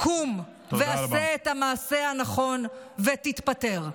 קום ועשה את המעשה הנכון ותתפטר.